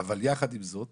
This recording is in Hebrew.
אבל יחד עם זאת